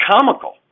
comical